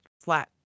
flat